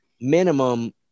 minimum